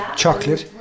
chocolate